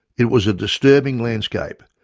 it was a disturbing landscape,